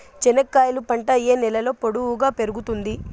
చెనక్కాయలు పంట ఏ నేలలో పొడువుగా పెరుగుతుంది?